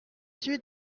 suis